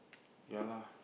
ya lah